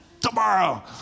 tomorrow